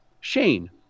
Shane